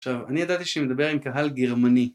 עכשיו, אני ידעתי שמדבר עם קהל גרמני.